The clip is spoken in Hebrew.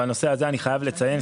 בנושא הזה אני חייב לציין,